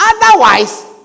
Otherwise